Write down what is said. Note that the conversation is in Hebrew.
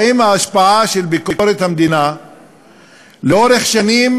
האם ההשפעה של ביקורת המדינה לאורך שנים